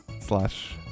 slash